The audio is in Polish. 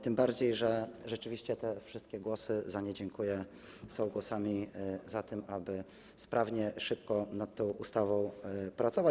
Tym bardziej że rzeczywiście te wszystkie głosy - za nie dziękuję - są głosami za tym, aby sprawnie, szybko nad tą ustawą pracować.